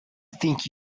think